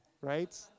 right